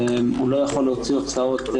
הוא לא יכול להוציא הוצאות.